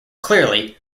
clearly